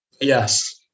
yes